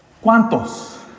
¿cuántos